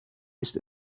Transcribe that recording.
ist